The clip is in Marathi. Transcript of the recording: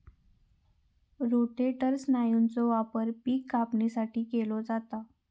रोटेटर स्नायूचो वापर पिक कापणीसाठी केलो जाता